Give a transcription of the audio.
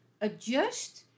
adjust